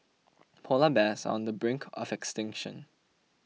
Polar Bears on the brink are of extinction